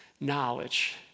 knowledge